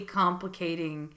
complicating